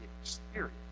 experience